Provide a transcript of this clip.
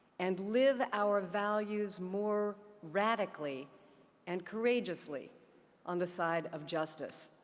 and live our values more radically and courageously on the side of justice.